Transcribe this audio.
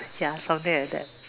ya something like that